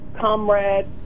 comrade